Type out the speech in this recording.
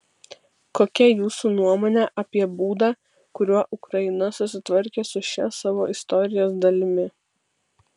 kokia jūsų nuomonė apie būdą kuriuo ukraina susitvarkė su šia savo istorijos dalimi